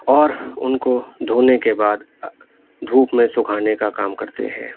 اور ان کو دھونے کے بعد دھوپ میں سکھانے کا کام کرتے ہیں